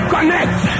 Connect